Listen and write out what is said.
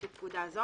לפי פקודה זו,